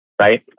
Right